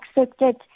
accepted